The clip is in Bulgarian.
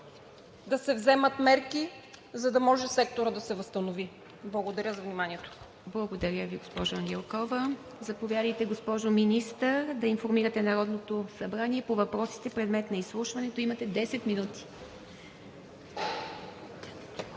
да се вземат мерки, за да може секторът да се възстанови. Благодаря за вниманието. ПРЕДСЕДАТЕЛ ИВА МИТЕВА: Благодаря Ви, госпожо Ангелкова. Заповядайте, госпожо Министър, да информирате Народното събрание по въпросите – предмет на изслушването. Имате 10 минути.